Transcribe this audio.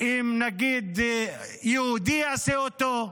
אם יהודי יעשה אותו.